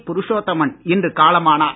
புருஷோத்தமன் இன்று காலமானார்